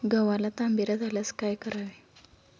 गव्हाला तांबेरा झाल्यास काय करावे?